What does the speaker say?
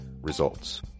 Results